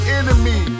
enemy